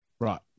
Right